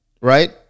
right